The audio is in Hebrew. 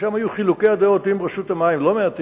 ששם היו חילוקי הדעות עם רשות המים לא מעטים,